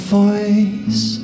voice